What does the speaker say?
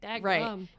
Right